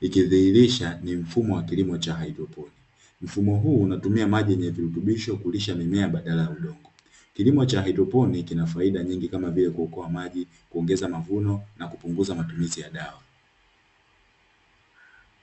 ikidhihirisha kuwa ni kilimo cha hydroponi. Mfumo huu unatumia maji yenye virutubisho badala ya udongo. Kilimo cha haidroponi kina faida nyingi, kama vile; kuokoa maji, kuongeza mavuno na kupunguza matumizi ya dawa.